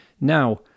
now